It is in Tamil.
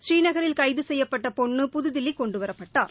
ஸ்ரீநகரில் கைதுசெய்யப்பட்டபொன்னு புதுதில்லிகொண்டுவரப்பட்டார்